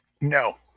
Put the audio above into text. no